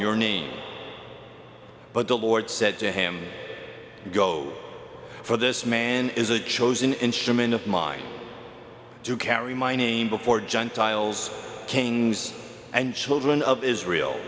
your name but billboard said to him go for this man is a chosen instrument of mine to carry my name before gentiles kings and children of israel